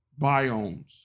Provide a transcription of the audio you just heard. biomes